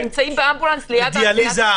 יוצאים לדיאליזה?